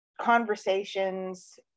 conversations